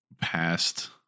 past